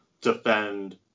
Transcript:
defend